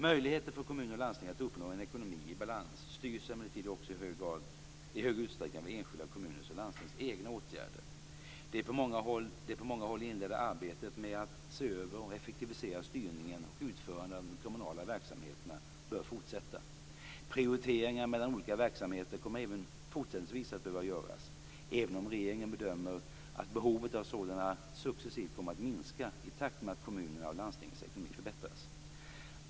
Möjligheterna för kommuner och landsting att uppnå en ekonomi i balans styrs emellertid också i stor utsträckning av enskilda kommuners och landstings egna åtgärder. Det på många håll inledda arbetet med att se över och effektivisera styrningen och utförandet av de kommunala verksamheterna bör fortsätta. Prioriteringar mellan olika verksamheter kommer även fortsättningsvis att behöva göras, även om regeringen bedömer att behovet av sådana successivt kommer att minska i takt med att kommunernas och landstingens ekonomi förbättras.